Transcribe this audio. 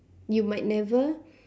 you might never